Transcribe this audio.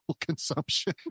consumption